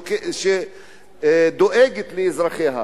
שדואגת לאזרחיה,